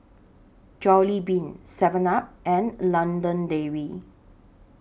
Jollibean Seven up and London Dairy